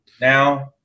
now